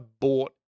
bought